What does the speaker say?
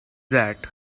that